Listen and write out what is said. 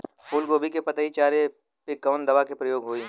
फूलगोभी के पतई चारे वाला पे कवन दवा के प्रयोग होई?